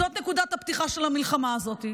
זאת נקודת הפתיחה של המלחמה הזאת.